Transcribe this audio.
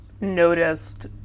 noticed